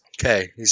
Okay